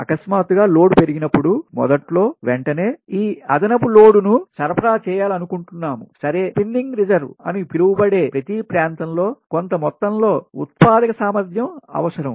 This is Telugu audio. అకస్మాత్తుగా లోడ్ పెరిగినప్పుడు మొదట్లో వెంటనే ఈ అదనపు లోడ్ను సరఫరా చేయాలనుకుంటున్నాము సరే స్పిన్నింగ్ రిజర్వ్ అని పిలువబడే ప్రతి ప్రాంతంలో కొంత మొత్తంలో ఉత్పాదక సామర్థ్యం అవసరం